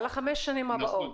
על חמש השנים הבאות.